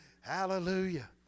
Hallelujah